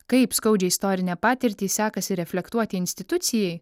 kaip skaudžią istorinę patirtį sekasi reflektuoti institucijai